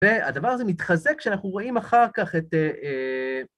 והדבר הזה מתחזק כשאנחנו רואים אחר כך את...